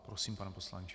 Prosím, pane poslanče.